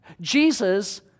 Jesus